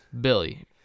Billy